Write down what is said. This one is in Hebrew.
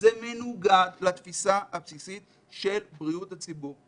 זה מנוגד לתפיסה הבסיסית של בריאות הציבור.